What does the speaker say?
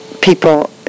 people